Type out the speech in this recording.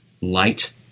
Light